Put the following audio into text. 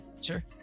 sure